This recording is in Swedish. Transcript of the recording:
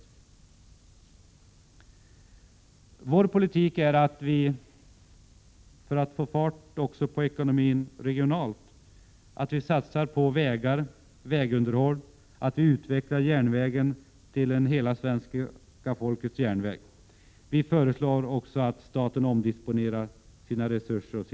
Centerns politik går ut på att staten, för att få fart på ekonomin också regionalt, satsar på vägar, på vägunderhåll och på en utveckling av järnvägen, så att denna kan bli en hela svenska folkets järnväg. Vi föreslår också att statens resurser och kapital omdisponeras.